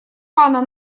пана